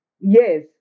Yes